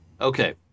Okay